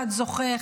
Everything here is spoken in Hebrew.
אחד זוכה,